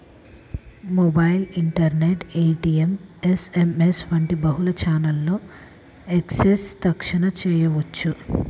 mobile, internet, ATM, SMS వంటి బహుళ ఛానెల్లలో యాక్సెస్ తక్షణ చేయవచ్చు